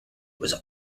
was